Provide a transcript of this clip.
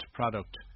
product